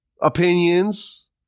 opinions